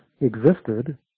existed